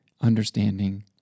understanding